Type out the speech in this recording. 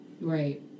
Right